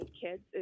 kids